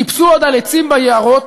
עוד טיפסו על עצים ביערות,